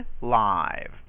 live